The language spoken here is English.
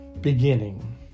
beginning